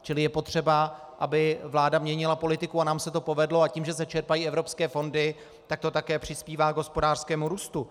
Čili je potřeba, aby vláda měnila politiku, a nám se to povedlo, a tím, že se čerpají evropské fondy, tak to také přispívá k hospodářskému růstu.